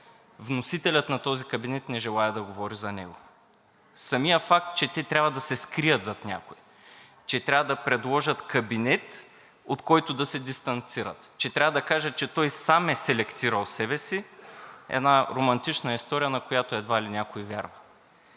вносителят на този кабинет не желае да говори за него. Самият факт, че те трябва да се скрият зад някого, че трябва да предложат кабинет, от който да се дистанцират, че трябва да кажат, че той сам е селектирал себе си, една романтична история, на която едва ли някой вярва.